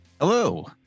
Hello